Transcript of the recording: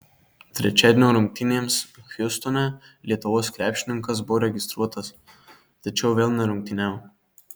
trečiadienio rungtynėms hjustone lietuvos krepšininkas buvo registruotas tačiau vėl nerungtyniavo